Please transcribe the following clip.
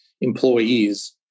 employees